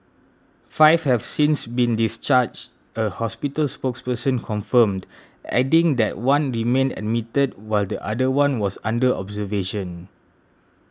five have since been discharged a hospital spokesperson confirmed adding that one remained admitted while the other one was under observation